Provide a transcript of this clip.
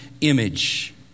image